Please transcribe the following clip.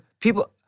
people